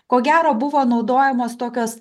ko gero buvo naudojamos tokios